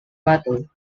battle